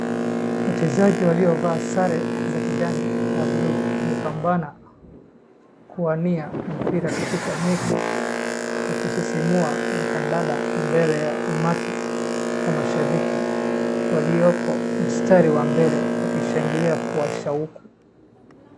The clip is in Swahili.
Wachezaji waliovaa sare za kijani na blue wamepambana kuania mpira katika mechi ya kusisimua ya kandanda mbele ya umati wa mashabiki walioko mstari wa mbele wakishangilia kwa shauku.